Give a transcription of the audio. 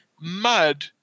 mud